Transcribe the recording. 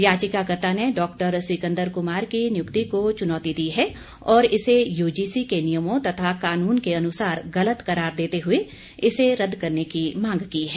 याचिकाकर्ता ने डॉक्टर सिकन्दर कुमार की नियुक्ति को चुनौती दी है और इसे यूजीसी के नियमों तथा कानून के अनुसार गलत करार देते हुए इसे रद्द करने की मांग की है